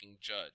judge